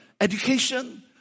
education